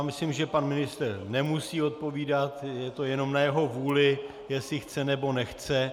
Myslím si, že pan ministr nemusí odpovídat, je to jenom na jeho vůli, jestli chce, nebo nechce.